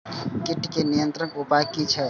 कीटके नियंत्रण उपाय कि छै?